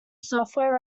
software